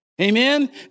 Amen